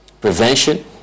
prevention